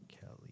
Kelly